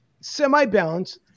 semi-balanced